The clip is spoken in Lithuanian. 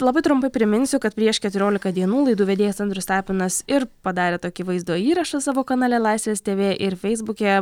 labai trumpai priminsiu kad prieš keturiolika dienų laidų vedėjas andrius tapinas ir padarė tokį vaizdo įrašą savo kanale laisvės tv ir feisbuke